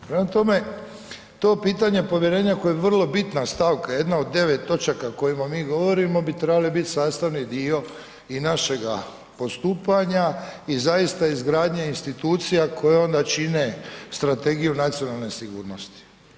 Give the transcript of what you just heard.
Prema tome to pitanje povjerenja koje je vrlo bitna stavka, jedna od 9 točka o kojima mi govorimo bi trebale biti sastavni dio i našega postupanja i zaista izgradnje institucija koje onda čine Strategiju nacionalne sigurnosti.